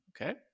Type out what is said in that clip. Okay